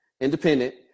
independent